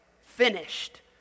finished